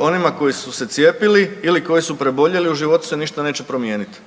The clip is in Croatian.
onima koji su se cijepili ili koji su preboljeli u životu se ništa neće promijenit.